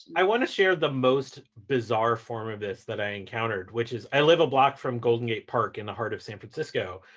i want to share the most bizarre form of this that i encountered, which is, i live a block from golden gate park in the heart of san francisco.